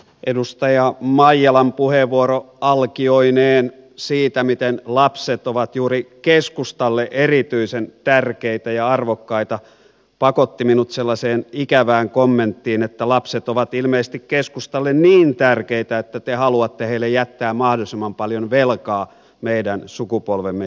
edustaja maijalan puheenvuoro alkioineen siitä miten lapset ovat juuri keskustalle erityisen tärkeitä ja arvokkaita pakotti minut sellaiseen ikävään kommenttiin että lapset ovat ilmeisesti keskustalle niin tärkeitä että te haluatte heille jättää mahdollisimman paljon velkaa meidän sukupolvemme jälkeen